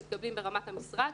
מתקבלות ברמת המשרד